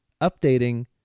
updating